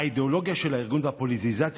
האידיאולוגיה של הארגון והפוליטיזציה